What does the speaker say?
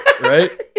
right